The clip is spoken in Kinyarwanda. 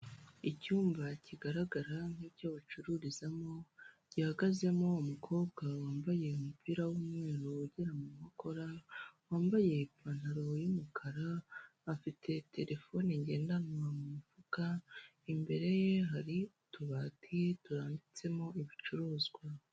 Icyumba kigaragara nk'icyo bacururizamo gihagazemo umukobwa wambaye umupira w'umweru ugera mu nkokora, wambaye ipantaro y'umukara afite terefone ngendanwa mu mufuka, imbere ye hari utubati turambitsemo ibicuruzwa.